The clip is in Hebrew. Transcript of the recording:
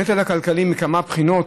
נטל כלכלי מכמה בחינות,